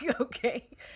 okay